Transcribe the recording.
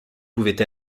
pouvaient